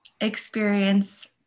experience